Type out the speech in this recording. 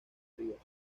rivas